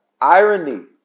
irony